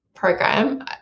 program